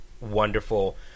wonderful